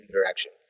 direction